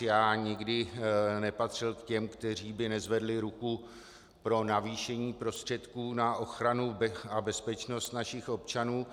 Já nikdy nepatřil k těm, kteří by nezvedli ruku pro navýšení prostředků na ochranu a bezpečnost našich občanů.